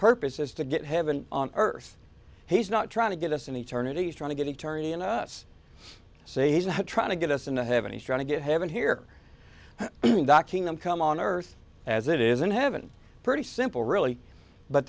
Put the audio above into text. purpose is to get heaven on earth he's not trying to get us in eternity he's trying to get eternity in us say he's trying to get us into heaven he's trying to get heaven here docking them come on earth as it is in heaven pretty simple really but